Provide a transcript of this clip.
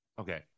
okay